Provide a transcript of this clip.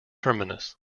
terminus